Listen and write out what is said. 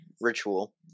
ritual